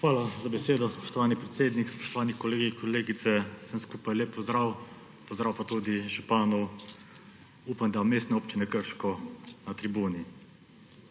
Hvala za besedo, spoštovani predsednik. Spoštovani kolegi in kolegice! Vsem skupaj lep pozdrav! Pozdrav pa tudi županu, upam da mestne občine Krško, na tribuni.